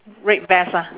red vest lah